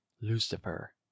Lucifer